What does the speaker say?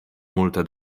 multe